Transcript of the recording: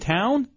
town